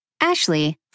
Ashley